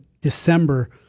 December